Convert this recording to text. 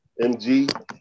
MG